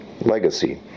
legacy